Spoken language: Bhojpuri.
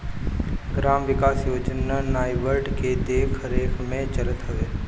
ग्राम विकास योजना नाबार्ड के देखरेख में चलत हवे